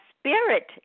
spirit